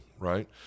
right